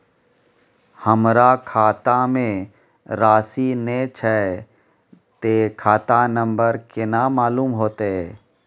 हमरा खाता में राशि ने छै ते खाता नंबर केना मालूम होते?